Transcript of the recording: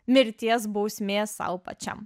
mirties bausmė sau pačiam